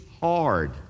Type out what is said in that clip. hard